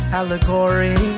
allegory